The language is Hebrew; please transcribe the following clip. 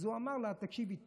אז הוא אמר לה: תקשיבי טוב,